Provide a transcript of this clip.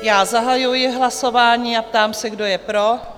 Já zahajuji hlasování a ptám se, kdo je pro?